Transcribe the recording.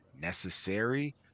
necessary